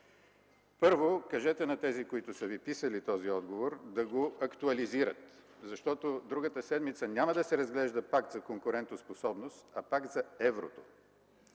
Първо, кажете на тези, които са Ви писали този отговор, да го актуализират, защото другата седмица няма да се разглежда Пакт за конкурентоспособност, а Пакт за еврото.